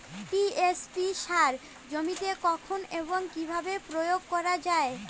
TSP সার জমিতে কখন এবং কিভাবে প্রয়োগ করা য়ায়?